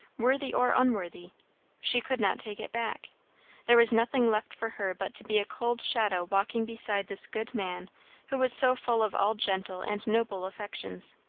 worthy or unworthy she could not take it back there was nothing left for her but to be a cold shadow walking beside this good man who was so full of all gentle and noble affections.